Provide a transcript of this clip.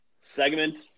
segment